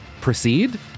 Proceed